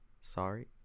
sorry